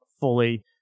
fully